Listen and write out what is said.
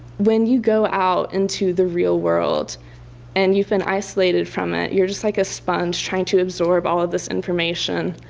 when you go out into the real world and you've been isolated from it, you're just like a sponge trying to absorb all this information